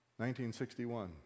1961